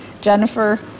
Jennifer